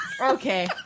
Okay